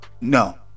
No